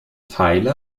teile